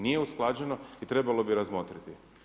Nije usklađeno i trebalo bi razmotriti.